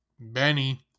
Benny